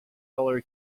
colour